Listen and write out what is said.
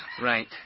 right